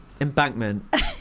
Embankment